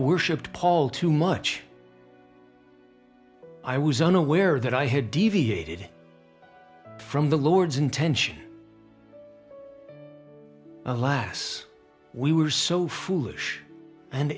worshiped paul too much i was unaware that i had deviated from the lord's intention alas we were so foolish and